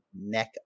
neck